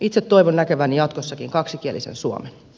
itse toivon näkeväni jatkossakin kaksikielisen suomen